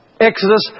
Exodus